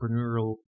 entrepreneurial